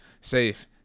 safe